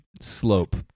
slope